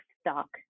stock